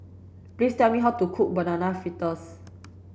please tell me how to cook banana fritters